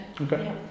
Okay